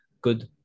good